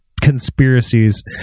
conspiracies